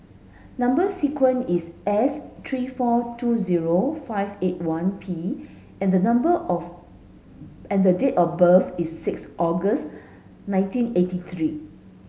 number sequence is S three four two zero five eight one P and the number of and the date of birth is six August nineteen eighty three